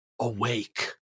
awake